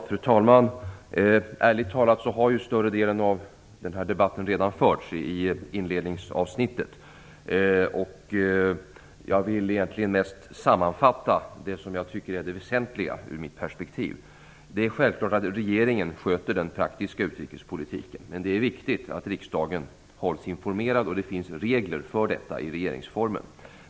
Fru talman! Ärligt talat har större delen av denna debatt redan förts i inledningsavsnittet. Jag vill egentligen mest sammanfatta det som jag tycker är det väsentliga ur mitt perspektiv. Det är självklart att regeringen sköter den praktiska utrikespolitiken, men det är viktigt att riksdagen hålls informerad. Det finns regler för detta i regeringsformen.